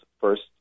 First